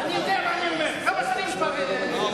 אני יודע מה אני אומר, אני מבקש לשמור על הסדר,